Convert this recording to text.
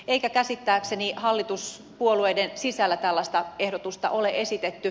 eikä käsittääkseni hallituspuolueiden sisällä tällaista ehdotusta ole esitetty